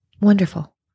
Wonderful